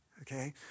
Okay